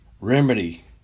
remedy